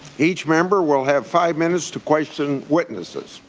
each member will have five minutes to question witnesses.